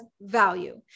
value